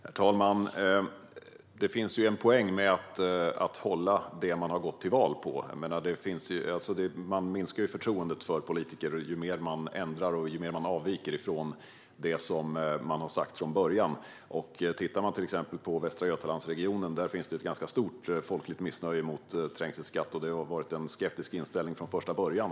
Herr talman! Det finns en poäng med att hålla det man har gått till val på. Förtroendet för politiker minskar ju mer man ändrar och avviker från det man sa från början. I till exempel Västra Götalandsregionen finns det ett ganska stort folkligt missnöje med trängselskatt. Inställningen har varit skeptisk från första början.